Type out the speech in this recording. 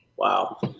Wow